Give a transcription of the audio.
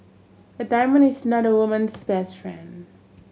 a diamond is not a woman's best friend